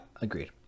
agreed